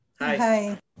Hi